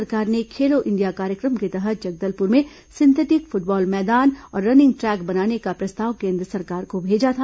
राज्य सरकार ने खेलो इंडिया कार्यक्रम के तहत जगदलपुर में सिंथेटिक फुटबॉल मैदान और रनिंग ट्रैक बनाने का प्रस्ताव केन्द्र सरकार को भेजा था